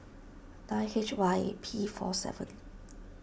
nine H Y A P four seven